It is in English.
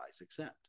accept